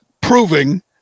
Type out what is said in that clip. proving